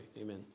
Amen